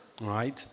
right